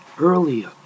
earlier